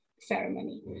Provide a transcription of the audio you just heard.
ceremony